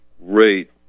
rate